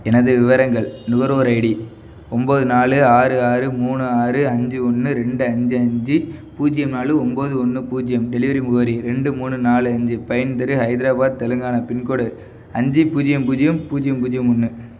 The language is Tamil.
எனது விவரங்கள் நுகர்வோர் ஐடி ஒம்பது நாலு ஆறு ஆறு மூணு ஆறு அஞ்சு ஒன்று ரெண்டு அஞ்சு அஞ்சு பூஜ்ஜியம் நாலு ஒம்பது ஒன்று பூஜ்ஜியம் டெலிவரி முகவரி ரெண்டு மூணு நாலு அஞ்சு பைன் தெரு ஹைதராபாத் தெலுங்கானா பின்கோடு அஞ்சு பூஜ்ஜியம் பூஜ்ஜியம் பூஜ்ஜியம் பூஜ்ஜியம் ஒன்று